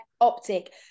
Optic